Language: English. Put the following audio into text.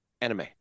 anime